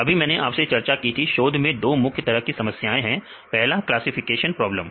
अभी मैंने आपसे चर्चा की थी शोध में दो मुख्य तरह की समस्याएं हैं पहला क्लासिफिकेशन प्रॉब्लम